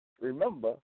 Remember